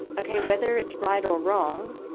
okay, whether it's right or wrong,